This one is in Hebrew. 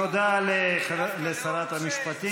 דווקא לאור זה, תודה לשרת המשפטים.